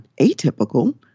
atypical